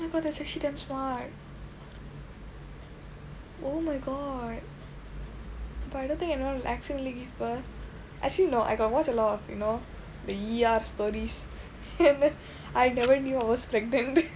oh my god that's actually damn smart oh my god but I the thing you know acidentally birth actually no I got watch a lot of the you know the E_R stories and then I never knew I was pregnant